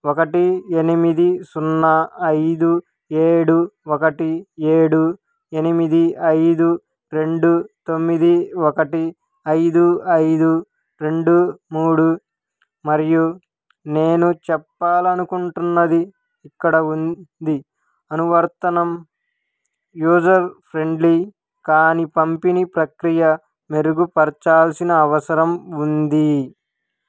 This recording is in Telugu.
ఒకటి ఎనిమిది సున్నా ఐదు ఏడు ఒకటి ఏడు ఎనిమిది ఐదు రెండు తొమ్మిది ఒకటి ఐదు ఐదు రెండు మూడు మరియు నేను చెప్పాలనుకుంటున్నది ఇక్కడ ఉంది అనువర్తనం యూజర్ ఫ్రెండ్లీ కానీ పంపిణీ ప్రక్రియ మెరుగుపరచాల్సిన అవసరం ఉంది